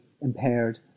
impaired